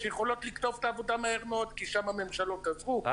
שיכולות לקטוף את העבודה מהר מאוד כי שם הממשלות עזרו,